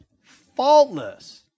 faultless